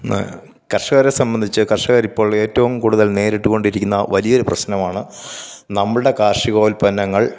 കർഷകരെ സംബന്ധിച്ച് കർഷകർ ഇപ്പോൾ ഏറ്റവും കൂടുതൽ നേരിട്ട് കൊണ്ടിരിക്കുന്ന വലിയൊരു പ്രശ്നമാണ് നമ്മുടെ കാർഷികോല്പന്നങ്ങൾ